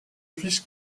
fils